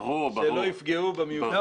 שלא יפגעו באופוזיציה.